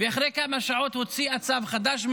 ואחרי כמה שעות הוציאו צו חדש,